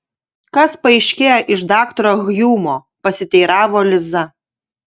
kas paaiškėjo iš daktaro hjumo pasiteiravo liza